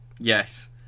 Yes